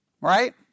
Right